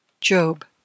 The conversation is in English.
Job